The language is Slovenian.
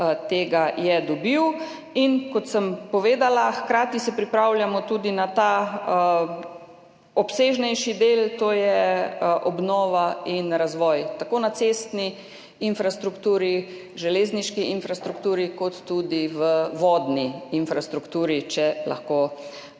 tega je dobil. In kot sem povedala, hkrati se pripravljamo tudi na ta obsežnejši del, to sta obnova in razvoj na cestni infrastrukturi, železniški infrastrukturi in tudi v vodni infrastrukturi, če lahko